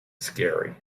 scary